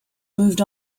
moved